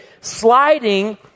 sliding